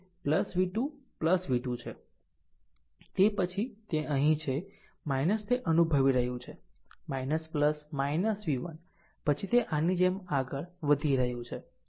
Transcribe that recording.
આમ તે v2 v2 છે તે પછી તે અહીં છે તે અનુભવી રહ્યું છે v1 પછી તે આની જેમ આગળ વધી રહ્યું છે